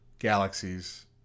Galaxies